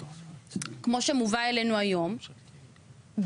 כמו שמובא אלינו היום,